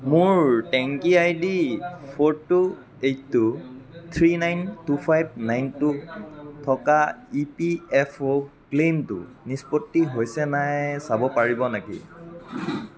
মোৰ টেংকি ID four two eight two three nine two five nine two থকা E P F O ক্লেইমটো নিষ্পত্তি হৈছে নাই চাব পাৰিব নেকি